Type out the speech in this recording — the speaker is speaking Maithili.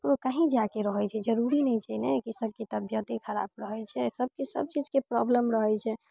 या ककरो कहीं जाइके रहै छै जरूरी नहि छै ने की सबके तबियते खराब रहै छै सबके सब चीजके प्रॉब्लम रहै छै